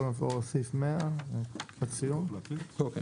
בואו נעבור לסעיף 100. "100.